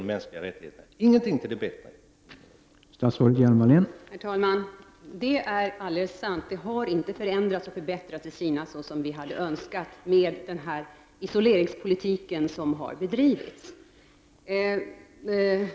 Det var alltså biståndshänsyn och inte kommersiella hänsyn som gällde.